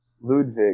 Ludwig